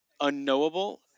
unknowable